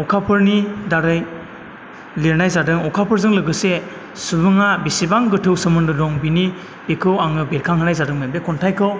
अखाफोरनि दारै लिरनाय जादों अखाफोरजों लोगोसे सुबुङा बेसेबां गोथौ सोमोन्दो दं बिनि बेखौ आङो बेरखांहोनाय जादोंमोन बे खन्थाइखौ